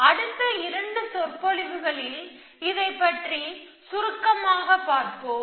அடுத்த 2 சொற்பொழிவுகளில் இதைப் பற்றி சுருக்கமாக பார்ப்போம்